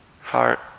heart